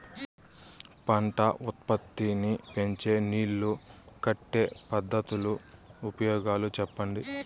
పంట ఉత్పత్తి నీ పెంచే నీళ్లు కట్టే పద్ధతుల ఉపయోగాలు చెప్పండి?